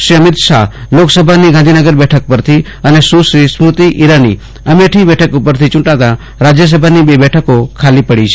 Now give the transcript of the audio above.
શ્રી અમીત શાહ લોકસભાની ગાંધીનગર બેઠક પરથી અને સુશ્રી સ્મૂતિ ઇરાની અમેઠી બેઠક પરથી ચૂંટાતાં રાજ્યસભાની બે બેઠકો ખાલી પડી છે